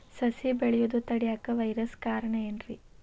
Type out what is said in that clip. ಸಸಿ ಬೆಳೆಯುದ ತಡಿಯಾಕ ವೈರಸ್ ಕಾರಣ ಏನ್ರಿ?